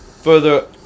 further